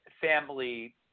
family